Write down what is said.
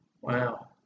Wow